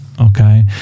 okay